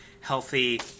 healthy